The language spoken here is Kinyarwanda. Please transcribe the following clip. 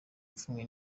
ipfunwe